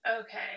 Okay